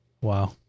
Wow